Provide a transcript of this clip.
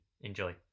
Enjoy